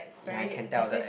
ya can tell the